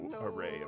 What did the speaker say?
array